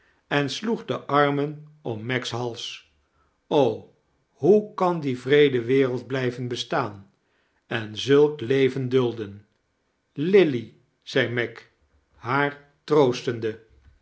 en sloeg de armen om meg's hals hoe kan die wreede wereld blijven bestaan en zulk leven dulden lilly zei meg haar troostende